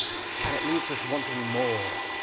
and it leaves us wanting more.